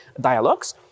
dialogues